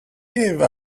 give